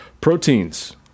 Proteins